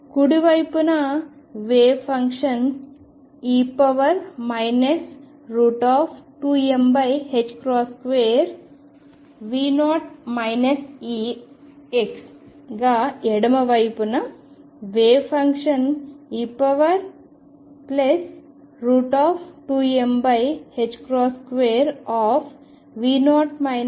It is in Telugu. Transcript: కుడి వైపున wave function e 2m2V0 Ex గా ఎడమ వైపున వేవ్ ఫంక్షన్ e2m2V0 Ex గా అవుతుంది